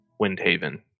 Windhaven